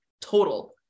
total